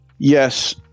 Yes